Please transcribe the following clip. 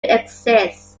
exist